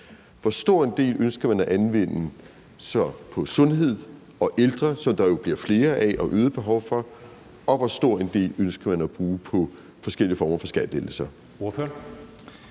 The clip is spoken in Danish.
Hvor stor en del ønsker man at anvende på sundheds- og ældreområdet – der bliver jo flere ældre og øget behov for investering her – og hvor stor en del ønsker man at bruge på forskellige former for skattelettelser?